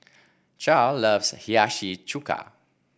Charle loves Hiyashi Chuka